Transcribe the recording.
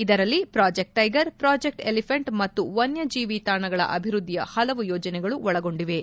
ಇದರಲ್ಲಿ Project Tiger Project Elephant ಮತ್ತು ವನ್ಯಜೀವಿ ತಾಣಗಳ ಅಭಿವ್ವದ್ದಿಯ ಹಲವು ಯೋಜನೆಗಳು ಒಳಗೊಂಡಿವೆ